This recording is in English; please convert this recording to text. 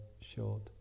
short